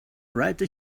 write